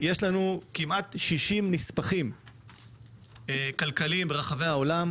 יש לנו כמעט 60 נספחים כלכליים ברחבי העולם,